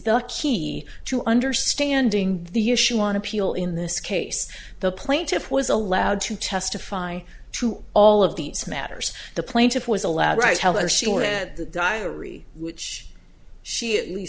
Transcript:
the key to understanding the issue on appeal in this case the plaintiff was allowed to testify to all of these matters the plaintiff was allowed right hell they're sure that the diary which she